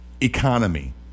economy